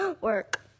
work